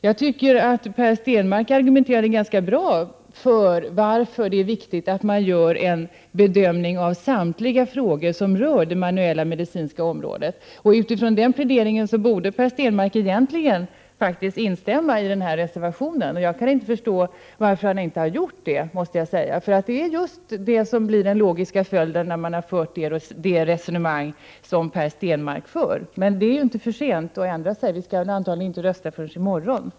Jag tycker att Per Stenmarck argumenterade ganska bra för skälen till att det är viktigt att man gör en bedömning av samtliga frågor som rör det manuella medicinska området. Om man utgår från den pläderingen borde Per Stenmarck egentligen instämma i vår reservation. Jag kan inte förstå varför han inte har gjort det. Det blir nämligen den logiska följden när man för det resonemang Per Stenmarck för. Men det är inte för sent att ändra sig. Vi skall väl antagligen inte rösta förrän i morgon.